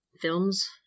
films